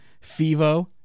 Fivo